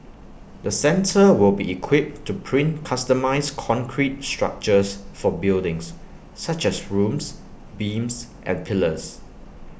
the centre will be equipped to print customised concrete structures for buildings such as rooms beams and pillars